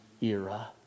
era